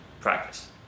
practice